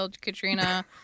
Katrina